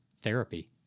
therapy